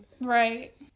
Right